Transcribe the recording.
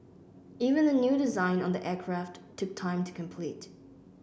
even the new design on the aircraft took time to complete